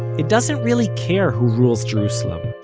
it doesn't really care who rules jerusalem,